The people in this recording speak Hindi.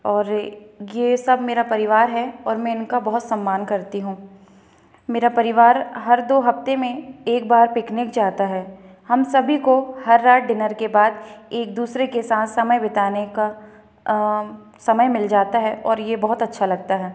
और यह सब मेरा परिवार है और मैं इनका बहुत सम्मान करती हूँ मेरा परिवार हर दो हफ़्ते में एक बार पिकनिक जाता है हम सभी को हर रात डिनर के बाद एक दूसरे के साथ समय बिताने का समय मिल जाता है और यह बहुत अच्छा लगता है